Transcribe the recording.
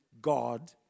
God